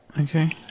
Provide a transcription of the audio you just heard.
okay